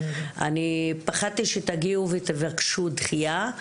אני פחדתי שתגיעו ותבקשו דחייה.